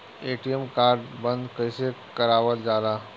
ATM card बन्द कईसे करावल जाला?